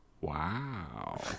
Wow